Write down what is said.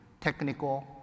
technical